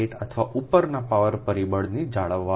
8 અથવા ઉપરના પાવર પરિબળને જાળવવા માટે